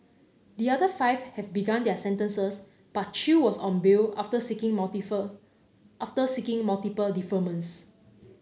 the other five have begun their sentences but Chew was on bail after seeking multiple after seeking multiple deferments